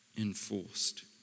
enforced